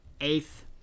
eighth